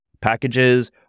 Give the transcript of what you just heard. packages